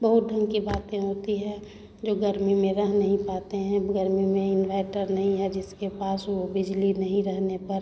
बहुत ढंग की बातें होती हैं जो गर्मी में रह नहीं पाते हैं गर्मी में इंव्हैटर नहीं है जिसके पास वो बिजली नहीं रहने पर